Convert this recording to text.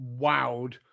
wowed